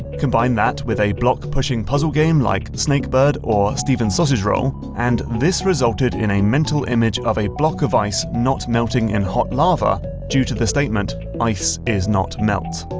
combine that with a block-pushing puzzle game like snakebird or stephen's sausage roll, and this resulted in a mental image of a block of ice not melting in hot lava due to the statement ice is not melt.